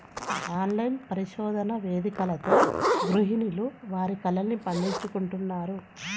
online పరిశోధన వేదికలతో గృహిణులు వారి కలల్ని పండించుకుంటున్నారు